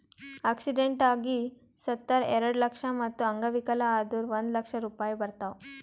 accident ಆಗಿ ಸತ್ತುರ್ ಎರೆಡ ಲಕ್ಷ, ಮತ್ತ ಅಂಗವಿಕಲ ಆದುರ್ ಒಂದ್ ಲಕ್ಷ ರೂಪಾಯಿ ಬರ್ತಾವ್